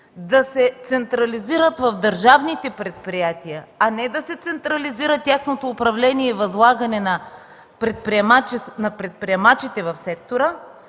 да се централизират в държавните предприятия, а не да се централизира тяхното управление и възлагане на предприемачите в сектора,